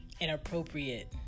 inappropriate